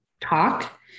talk